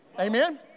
amen